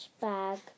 bag